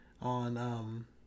on